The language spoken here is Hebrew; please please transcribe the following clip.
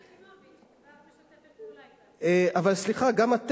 שלי יחימוביץ, היא כבר משתפת פעולה אתם.